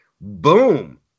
boom